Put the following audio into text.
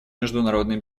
международной